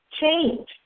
change